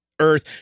Earth